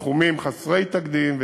סכומים חסרי תקדים.